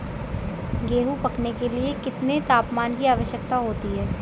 गेहूँ पकने के लिए कितने तापमान की आवश्यकता होती है?